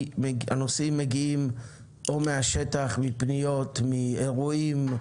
הנושאים מגיעים או מהשטח, מפניות, מאירועים,